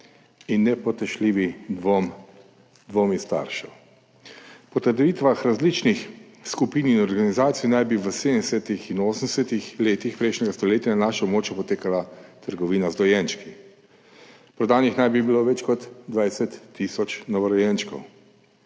in nepotešljivi dvomi staršev. Po trditvah različnih skupin in organizacij naj bi v 70. in 80. letih prejšnjega stoletja na našem območju potekala trgovina z dojenčki, prodanih naj bi bilo več kot 20 tisoč novorojenčkov.